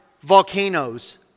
volcanoes